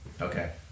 Okay